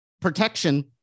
protection